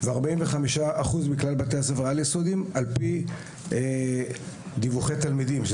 וב-45% מכלל בתי הספר היסודיים לפי דיווחי תלמידים,